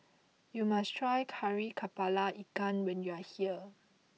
you must try Kari Kepala Ikan when you are here